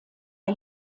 der